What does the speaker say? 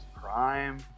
prime